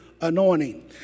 anointing